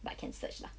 but can search lah